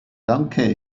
danke